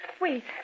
Wait